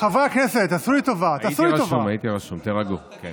נתונה גם לצד השני.